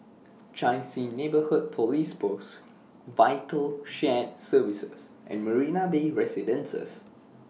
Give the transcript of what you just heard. Chai Chee Neighbourhood Police Post Vital Shared Services and Marina Bay Residences